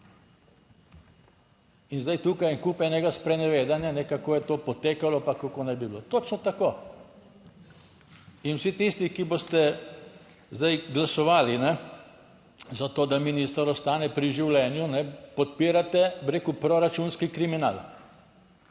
In zdaj tukaj en kup enega sprenevedanja, kako je to potekalo, pa kako naj bi bilo, točno tako. In vsi tisti, ki boste zdaj glasovali za to, da minister ostane pri življenju, podpirate, bi rekel, proračunski kriminal,